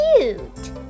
cute